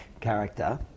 character